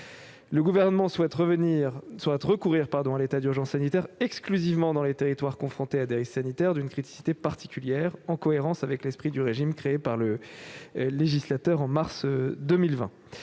Le Gouvernement souhaite recourir à l'état d'urgence sanitaire exclusivement dans les territoires confrontés à des risques sanitaires d'une criticité particulière, en cohérence avec l'esprit du régime créé par le législateur en mars 2020.